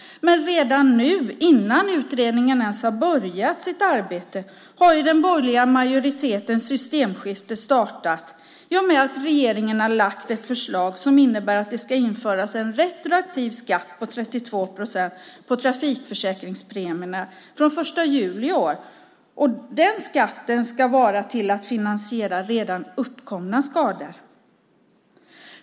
Men redan nu, innan utredningen ens har börjat sitt arbete, har ju den borgerliga majoritetens systemskifte startat i och med att regeringen har lagt fram ett förslag som innebär att det ska införas en retroaktiv skatt på 32 procent på trafikförsäkringspremierna från den 1 juli i år. Den skatten ska användas till att finansiera redan uppkomna skador.